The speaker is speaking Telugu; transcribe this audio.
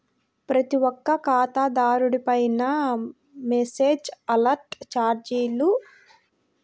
ప్రతి ఒక్క ఖాతాదారుడిపైనా మెసేజ్ అలర్ట్ చార్జీలు డైరెక్ట్ డెబిట్ ద్వారా తీసుకుంటారు